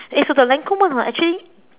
eh so the Lancome one ah actually